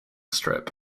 strip